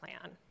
plan